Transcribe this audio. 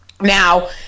Now